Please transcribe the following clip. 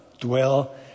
dwell